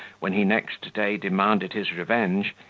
when he next day demanded his revenge,